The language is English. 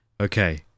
Okay